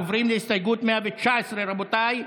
עוברים להסתייגות 119, רבותיי.